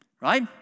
Right